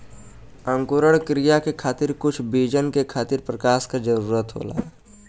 अंकुरण क्रिया के खातिर कुछ बीजन के खातिर प्रकाश क जरूरत होला